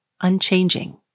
unchanging